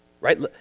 Right